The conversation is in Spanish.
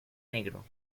negro